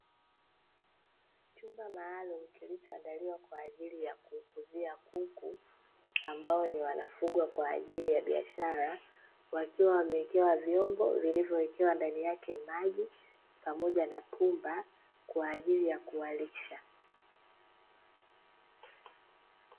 Chumba maalumu kilichoandaliwa kwaajili ya kukuzia kuku, ambao ni wanafugwa kwaajili ya biashara, wakiwa wamewekewa vyombo vilivyowekewa ndani yake maji, pamoja na pumba kwaajili ya kuwalisha.